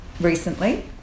recently